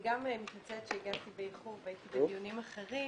אני גם מתנצלת שהגעתי באיחור והייתי בדיונים אחרים,